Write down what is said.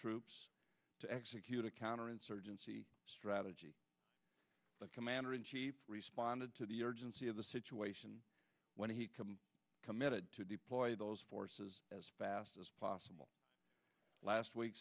troops to execute a counterinsurgency strategy the commander in chief responded to the urgency of the situation when he committed to deploy those forces as fast as possible last week